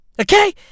Okay